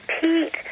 Pete